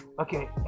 okay